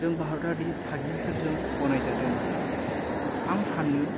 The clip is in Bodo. जों भारतारि थागिबिफोरजों गनायजादों आं सानो